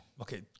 Okay